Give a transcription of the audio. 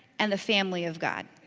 and the family of god.